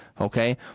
Okay